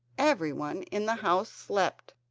everyone in the house slept,